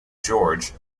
george